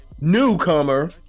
Newcomer